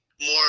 more